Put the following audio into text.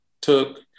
took